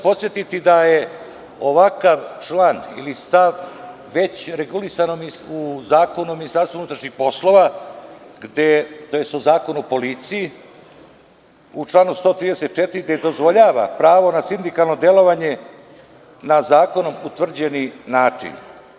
Podsetiću vas da je ovakav član ili stav već regulisan u Zakonu o Ministarstvu unutrašnjih poslova tj. o Zakonu o policiji u članu 134. gde dozvoljava pravo na sindikalno delovanje na zakonom utvrđeni način.